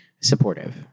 supportive